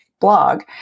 blog